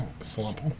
Slump